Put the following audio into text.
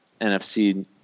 NFC